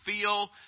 feel